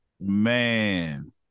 Man